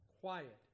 quiet